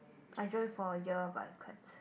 I joined for a year but i quit